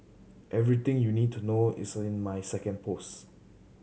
everything you need to know is in my second post